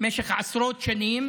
במשך עשרות שנים